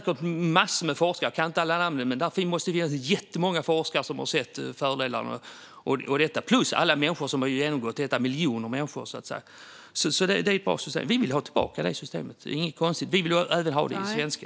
Det är säkert jättemånga forskare som har sett fördelarna i detta plus alla människor, miljoner människor, som har genomgått detta i skolan. Det är alltså ett bra system, och vi vill ha tillbaka detta system. Det är inget konstigt. Vi vill ha detta system även i svenska.